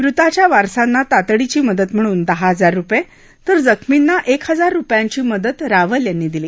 मृताच्या वारसांना तातडीची मदत म्हणून दहा हजार रुपया तिर जखमींना एक हजार रुपयांची मदत रावल यांनी दिली